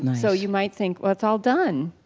so you might think well it's all done.